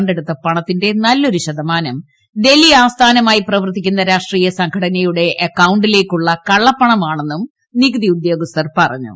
കണ്ടെടുത്ത പണത്തിന്റെ നല്ലൊരു ശതമാനം ഡൽഹി ആസ്ഥാനമായി പ്രവർത്തിക്കുന്ന രാഷ്ട്രീയ സംഘടനയുടെ അക്കൌണ്ടിലേക്കുള്ള കള്ളപ്പണമാമെന്നും നികുതി ഉദ്യോഗസ്ഥർ പറഞ്ഞു